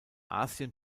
asien